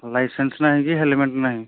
licence ନାହିଁ କି helmet ନାହିଁ